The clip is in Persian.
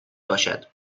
باشد